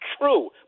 true